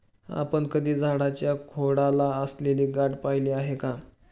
आपण कधी झाडाच्या खोडाला असलेली गाठ पहिली आहे का?